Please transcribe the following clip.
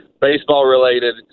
Baseball-related